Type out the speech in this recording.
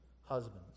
husbands